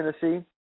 Tennessee